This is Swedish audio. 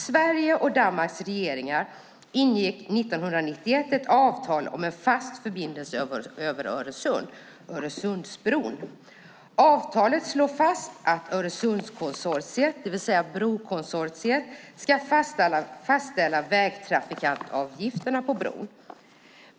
Sveriges och Danmarks regeringar ingick 1991 ett avtal om en fast förbindelse över Öresund, Öresundsbron. Avtalet slår fast att Öresundskonsortiet, det vill säga brokonsortiet, ska fastställa vägtrafikantavgifterna på bron.